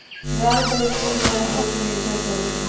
ब्याज दर कुल ब्याज धन पर निर्भर करो हइ